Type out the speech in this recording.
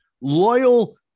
loyal